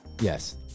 yes